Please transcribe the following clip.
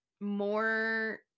more